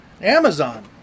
Amazon